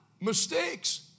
mistakes